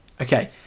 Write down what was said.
okay